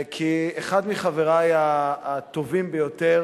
כי אחד מחברי הטובים ביותר